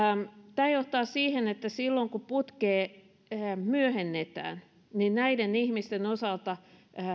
tämä johtaa siihen että silloin kun putkea myöhennetään niin näiden ihmisten osalta